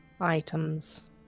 items